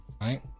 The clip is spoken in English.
right